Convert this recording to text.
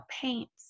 paints